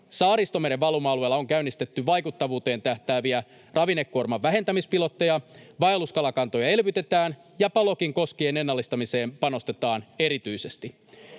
Saaristomeren valuma-alueella on käynnistetty vaikuttavuuteen tähtääviä ravinnekuorman vähentämispilotteja, vaelluskalakantoja elvytetään ja Palokin koskien ennallistamiseen panostetaan erityisesti.